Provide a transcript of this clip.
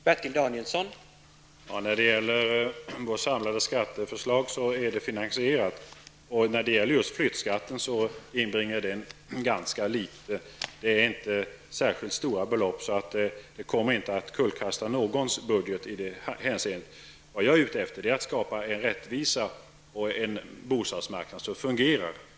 Herr talman! Moderata samlingspartiets samlade skatteförslag är finansierat. När det gäller just flyttskatten inbringar den ganska litet. Det är inte fråga om särskilt stora belopp, och i detta hänseende kommer de inte att kullkasta någons budget. Vad jag är ute efter är att skapa en rättvisa och en bostadsmarknad som fungerar.